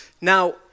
Now